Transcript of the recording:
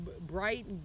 bright